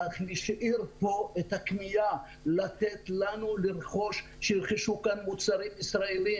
להשאיר פה את הקנייה ולרכוש כאן מוצרים ישראלים.